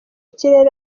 kirere